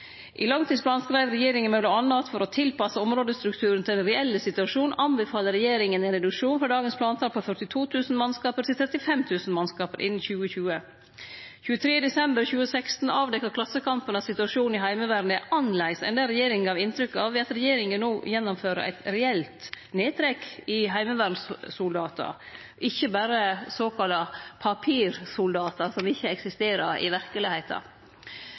I langtidsplanen skreiv regjeringa m.a.: «For å tilpasse områdestrukturen til den reelle situasjonen, anbefaler regjeringen en reduksjon fra dagens plantall på 42 000 mannskaper til 35 000 mannskaper innen 2020». Den 23. desember 2016 avdekte Klassekampen at situasjonen i Heimevernet er annleis enn det regjeringa gav inntrykk av, ved at regjeringa no gjennomfører eit reelt nedtrekk i heimevernssoldatar, ikkje berre såkalla papirsoldatar som ikkje eksisterer i verkelegheita.